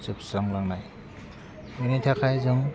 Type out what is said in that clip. जोबस्रांलांनाय बेनि थाखाय जों